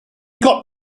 got